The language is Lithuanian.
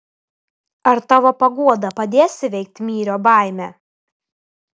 ar tavo paguoda padės įveikt myrio baimę